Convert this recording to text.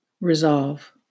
resolve